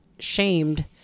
shamed